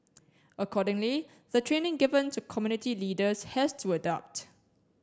accordingly the training given to community leaders has to adapt